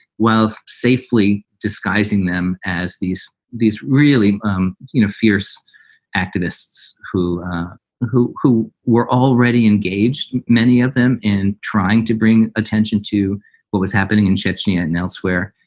whilst safely disguising them as these these really um you know fierce activists who who who were already engaged, many of them, in trying to bring attention to what was happening in chechnya and elsewhere,